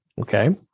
Okay